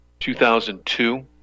2002